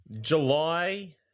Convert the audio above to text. July